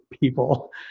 people